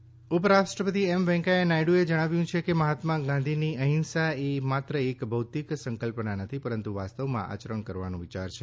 દાંડી સમાપન ઉપરાષ્ટ્રપતિ એમ વેન્કૈથ્યાહ નાયડુએ જણાવ્યું છે કે મહાત્મા ગાંધીજીની અહિંસા એ માત્ર એક ભૌતિક સંકલ્પના નથી પરંતુ વાસ્તવમાં આચરણ કરવાનો વિયાર છે